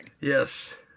Yes